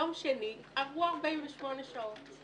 ביום שני עברו 48 שעות.